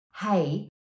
hey